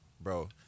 bro